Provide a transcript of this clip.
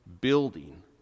building